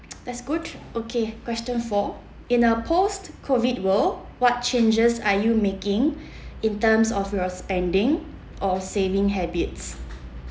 that's good okay question four in a post COVID world what changes are you making in terms of your spending or saving habits